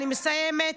אני מסיימת,